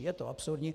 Je to absurdní.